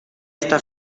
esta